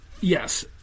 Yes